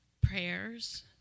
prayers